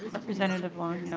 representative